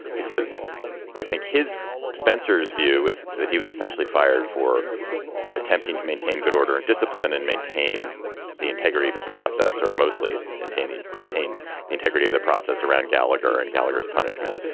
because i think his spenser's view is that he was essentially fired for attempting to maintain good order and discipline and maintain the integrity of the process or mostly maintaining maintain the integrity of the process around galagher and gallaghers punishment.